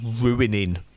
ruining